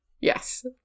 Yes